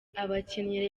abakinnyi